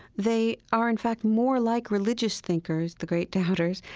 they are, in fact, more like religious thinkers, the great doubters,